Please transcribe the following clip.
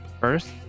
first